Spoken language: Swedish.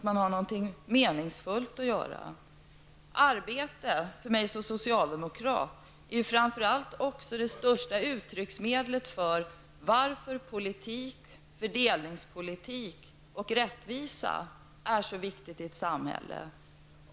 Arbete är för mig som socialdemokrat framför allt det främsta beviset på varför politik, fördelningspolitik, och rättvisa är så viktigt i ett samhälle.